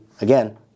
again